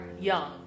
young